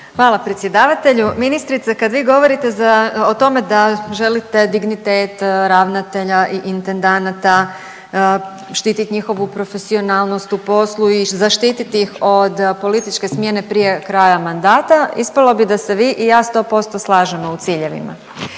Hvala predsjedavatelju. Ministrice kad vi govorite o tome da želite dignitet ravnatelja i intendanata, štit njihovu profesionalnost u poslu i zaštiti ih od političke smjene prije kraja mandata ispalo bi da se vi i ja 100% slažemo u ciljevima.